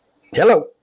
Hello